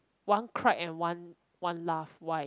one clap and one one laugh why